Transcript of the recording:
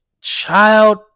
child